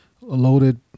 loaded